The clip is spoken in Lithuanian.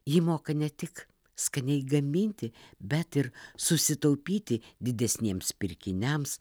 ji moka ne tik skaniai gaminti bet ir susitaupyti didesniems pirkiniams